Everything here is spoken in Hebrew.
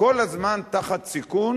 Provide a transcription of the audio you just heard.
כל הזמן תחת סיכון